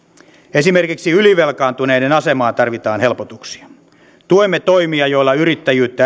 esimerkiksi ylivelkaantuneiden asemaan tarvitaan helpotuksia tuemme toimia joilla yrittäjyyttä